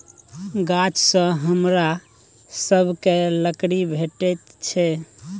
गाछसँ हमरा सभकए लकड़ी भेटैत छै